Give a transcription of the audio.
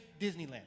Disneyland